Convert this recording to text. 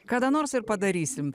kada nors ir padarysim